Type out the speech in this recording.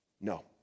No